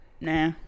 Nah